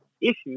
issues